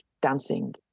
dancing